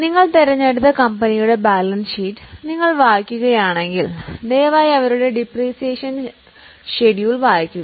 നിങ്ങൾ തിരഞ്ഞെടുത്ത കമ്പനിയുടെ ബാലൻസ് ഷീറ്റ് നിങ്ങൾ വായിക്കുകയാണെങ്കിൽ ദയവായി അവരുടെ ഡിപ്രീസിയേഷൻ ഷെഡ്യൂൾ വായിക്കുക